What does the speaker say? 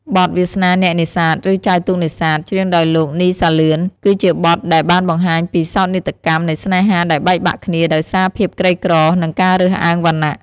បទ វាសនាអ្នកនេសាទ ឬ ចែវទូកនេសាទ ច្រៀងដោយលោក នី សាលឿន គឺជាបទដែលបង្ហាញពីសោកនាដកម្មនៃស្នេហាដែលបែកបាក់គ្នាដោយសារភាពក្រីក្រ និងការរើសអើងវណ្ណៈ។